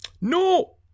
No